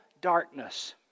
darkness